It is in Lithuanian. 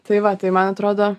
tai va tai man atrodo